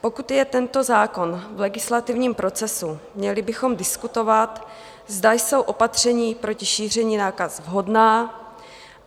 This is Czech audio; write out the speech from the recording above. Pokud je tento zákon v legislativním procesu, měli bychom diskutovat, zda jsou opatření proti šíření nákaz vhodná